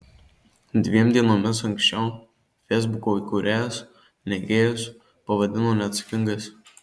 dviem dienomis anksčiau feisbuko įkūrėjas neigėjus pavadino neatsakingais